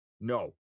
no